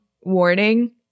warning